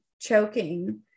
choking